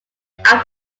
after